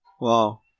Wow